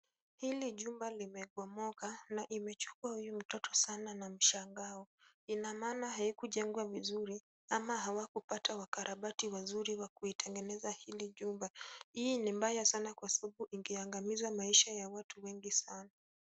Hili jumba limebomoka na imechukua huyu mtoto sana na mshangao, ina maana haikujengwa vizuri ama hawakupata wakarabati wazuri wa kuitengeneza hili jumba. Hii ni mbaya sana kwa sababu ingeangamiza maisha ya watu wengi sana.